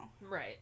Right